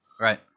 Right